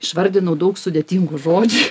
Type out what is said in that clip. išvardinau daug sudėtingų žodžių